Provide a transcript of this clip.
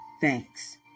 thanks